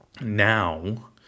Now